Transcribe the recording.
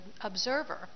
observer